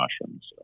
mushrooms